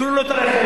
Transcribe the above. עיקלו לו את הרכב,